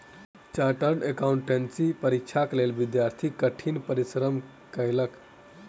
chartered accountancy परीक्षाक लेल विद्यार्थी कठिन परिश्रम कएलक